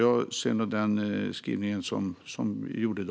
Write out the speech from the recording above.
Därför ser jag nu på denna skrivelse på samma sätt som jag gjorde då.